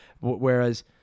whereas